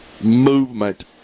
movement